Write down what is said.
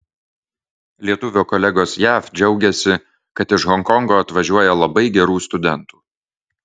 lietuvio kolegos jav džiaugiasi kad iš honkongo atvažiuoja labai gerų studentų